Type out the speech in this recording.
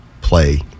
play